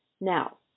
now